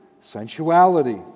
sensuality